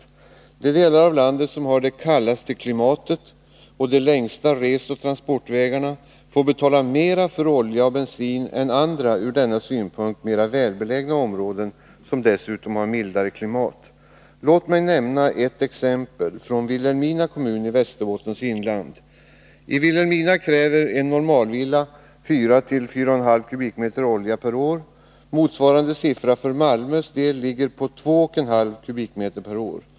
I de delar av landet som har det kallaste klimatet och de längsta resoch transportvägarna får man betala mer för olja och bensin än i andra ur denna synpunkt mer välbelägna områden, som dessutom har mildare klimat. Låt mig nämna ett exempel från Vilhelmina kommun i Västerbottens inland. I Vilhelmina åtgår för uppvärmning av en normalvilla 44,5 m? olja per år. Motsvarande siffra för Malmös del är 2,5 m? per år.